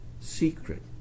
Secret